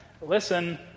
listen